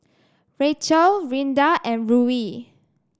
Rachel Rinda and Ruie